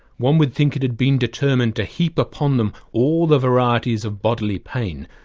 one would think it had been determined to heap upon them all the varieties of bodily pain,